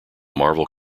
marvel